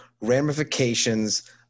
ramifications